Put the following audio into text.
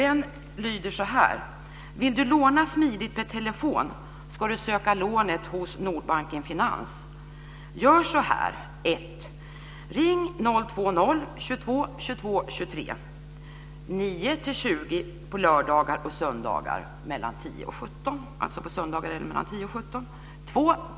Den lyder: "Vill du låna smidigt per telefon, ska du söka lånet hos Nordbanken Finans. Gör så här: 2.